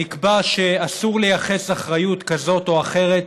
נקבע שאסור לייחס אחריות כזאת או אחרת